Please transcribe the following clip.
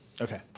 Okay